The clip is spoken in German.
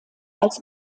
als